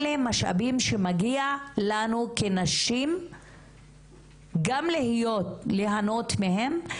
אלה משאבים שמגיע לנו כנשים גם ליהנות מהם,